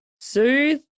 soothe